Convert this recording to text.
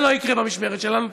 זה לא יקרה במשמרת שלנו.